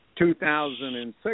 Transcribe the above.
2006